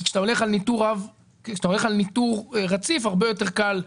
כשאתה הולך על ניטור רציף הרבה יותר קל,